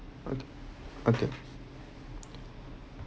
okay okay